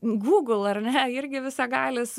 google ar ne irgi visagalis